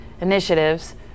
initiatives